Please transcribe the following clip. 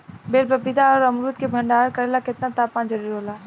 बेल पपीता और अमरुद के भंडारण करेला केतना तापमान जरुरी होला?